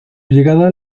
llegada